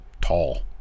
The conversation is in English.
tall